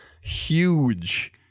huge